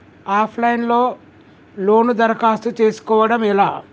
Of line లో loan దరఖాస్తు చేసుకోవడం ఎలా?